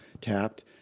tapped